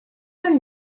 were